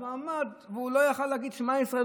אז עמד והוא לא יכול היה להגיד: שמע ישראל.